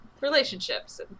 Relationships